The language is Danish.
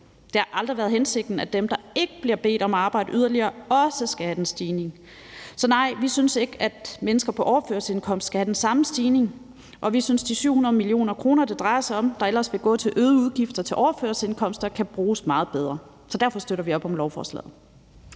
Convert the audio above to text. Det har aldrig været hensigten, at dem, der ikke bliver bedt om at arbejde yderligere, også skal have en stigning. Så nej, vi synes ikke, at mennesker på overførselsindkomst skal have den samme stigning, og vi synes, de 700 mio. kr., det drejer sig om, der ellers vil gå til øgede udgifter til overførselsindkomster, kan bruges meget bedre. Så derfor støtter vi op om lovforslaget.